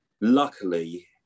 luckily